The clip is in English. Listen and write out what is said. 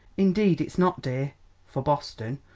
indeed it's not, dear for boston.